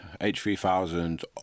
H3000